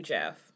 Jeff